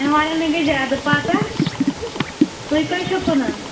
کٔنَن والٮ۪نٕے گٔیے جادٕ پتہ تُہۍ کٔے چھُو کٕنان